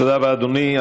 תודה רבה, אדוני.